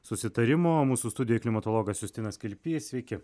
susitarimo mūsų studijoj klimatologas justinas kilpys sveiki